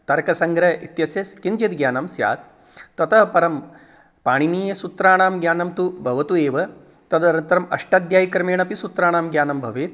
तर्कसङ्ग्रहः इत्यस्य किञ्चित् ज्ञानं स्यात् ततः परं पाणिनीयसूत्राणां ज्ञानं तु भवतु एव तदर्थम् अष्टाध्यायीक्रमेण अपि सूत्राणाम् ज्ञानं भवेत्